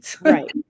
Right